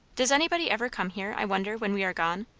does anybody ever come here, i wonder, when we are gone?